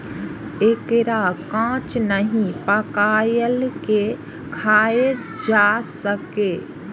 एकरा कांच नहि, पकाइये के खायल जा सकैए